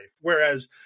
Whereas